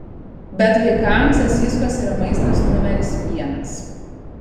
bet vaikams sasyskos yra maistas numeris vienas